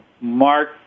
Mark